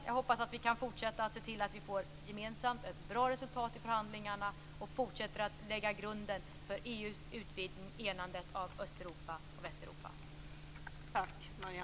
Jag hoppas att vi kan fortsätta se till att vi gemensamt får ett bra resultat i förhandlingarna och fortsätter att lägga grunden för EU:s utvidgning och enandet av Östeuropa och Västeuropa!